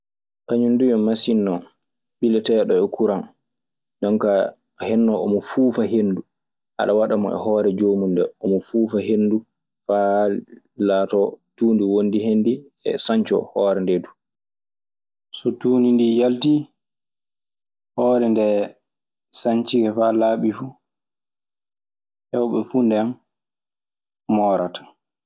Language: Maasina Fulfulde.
Kañun duu yo masin ɓileteeɗo e kuran. Jonkaa heddo omo fuufa henndu. Aɗa waɗa mo e hoore joomun nde faa laato tuunndi wonndi hen ndi e sanca hoore ndee duu. So tuundi ndii yaltii, hoore ndee sancike faa laaɓi fu. Heewɓe fuu nden moorata.